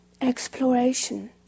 exploration